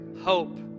hope